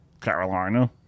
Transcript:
Carolina